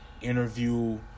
interview